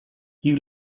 you